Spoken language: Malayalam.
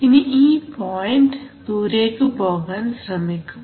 ഇനി ഈ പോയിൻറ് ദൂരേക്കു പോകാൻ ശ്രമിക്കും